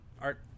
Art